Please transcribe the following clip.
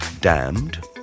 Damned